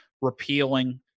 repealing